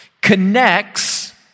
connects